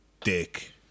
dick